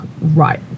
right